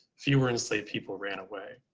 fewer enslaved people ran away.